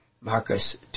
Marcus